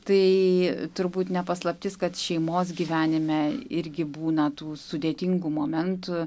tai turbūt ne paslaptis kad šeimos gyvenime irgi būna tų sudėtingų momentų